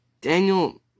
Daniel